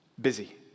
Busy